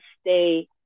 stay